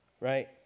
right